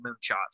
moonshots